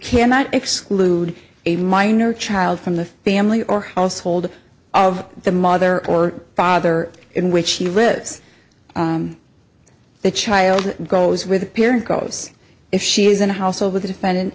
cannot exclude a minor child from the family or household of the mother or father in which she lives the child goes with the parent goes if she is in a household with the defendant